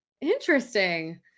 Interesting